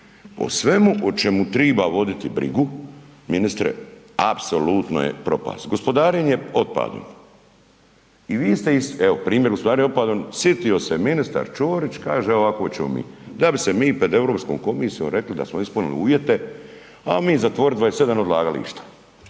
o svemu o čemu triba voditi brigu ministre apsolutno je propast. Gospodarenje otpadom i vi ste iz evo primjer otpadom, sitio se ministar Ćorić kaže ovako ćemo mi, da bi se mi pred Europskom komisijom rekli da smo ispunili uvjete, ajmo mi zatvoriti 27 odlagališta